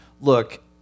look